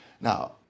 Now